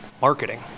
marketing